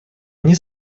они